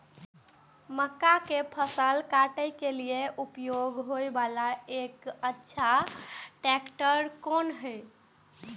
मक्का के फसल काटय के लिए उपयोग होय वाला एक अच्छा ट्रैक्टर कोन हय?